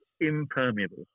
impermeable